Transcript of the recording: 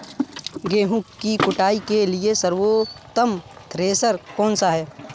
गेहूँ की कुटाई के लिए सर्वोत्तम थ्रेसर कौनसा है?